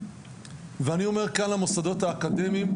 ואני אומר כאן למוסדות האקדמיים,